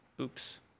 oops